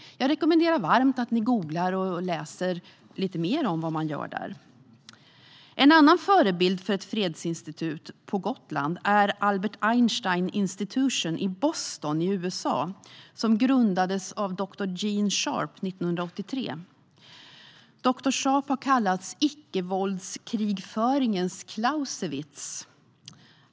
Jag rekommenderar varmt att ni googlar och läser lite mer om vad man gör där. En annan förebild för ett fredsinstitut på Gotland är Albert Einstein Institution i Boston i USA, som grundades av doktor Gene Sharp 1983. Doktor Sharp har kallats icke-våldskrigföringens Clausewitz.